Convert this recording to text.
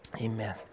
Amen